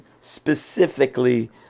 specifically